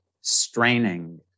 straining